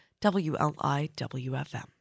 WLIWFM